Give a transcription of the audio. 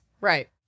Right